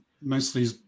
mostly